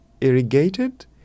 irrigated